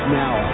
now